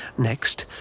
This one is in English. next,